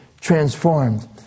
transformed